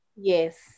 Yes